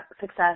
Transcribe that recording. success